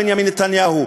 בנימין נתניהו?